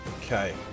Okay